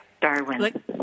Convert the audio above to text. Darwin